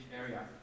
area